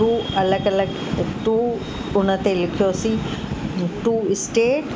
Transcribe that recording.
two अलॻि अलॻि two हुन ते लिखयोसीं टू स्टेट